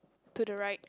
to the right